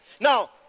Now